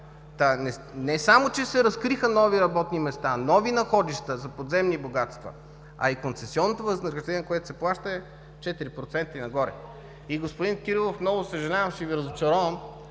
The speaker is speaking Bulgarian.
Не само че се разкриха нови работни места, нови находища за подземни богатства, а и концесионното възнаграждение, което се плаща, е 4% и нагоре. Господин Кирилов, много съжалявам, ще Ви разочаровам.